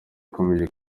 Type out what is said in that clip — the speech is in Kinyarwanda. ikomeye